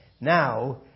now